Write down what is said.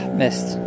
missed